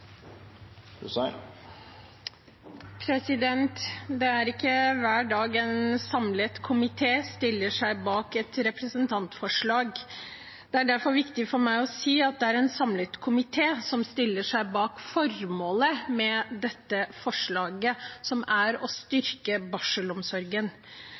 Det er ikke hver dag en samlet komité stiller seg bak et representantforslag. Det er derfor viktig for meg å si at det er en samlet komité som stiller seg bak